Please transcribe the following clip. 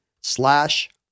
slash